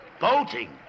Boating